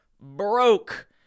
broke